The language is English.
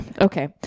Okay